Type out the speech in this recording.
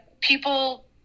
people